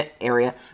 area